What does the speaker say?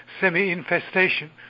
semi-infestation